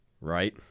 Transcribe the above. Right